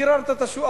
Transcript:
קיררת את השוק,